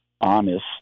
honest